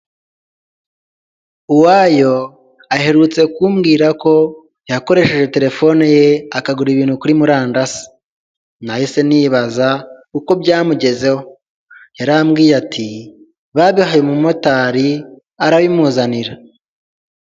Uwayo aherutse kumbwira ko yakoresheje telefone ye, akagura ibintu kuri murandasi nahise nibaza uko byamugezeho, yarambwiye ati bagahaye umumotari arabimuzanira.